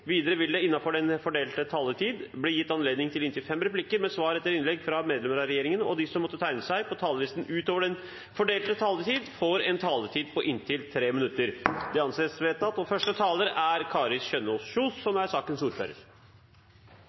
Videre vil det – innenfor den fordelte taletid – bli gitt anledning til inntil seks replikker med svar etter innlegg fra medlemmer av regjeringen, og de som måtte tegne seg på talerlisten utover den fordelte taletid, får en taletid på inntil 3 minutter. Som vanlig har vi det